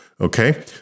okay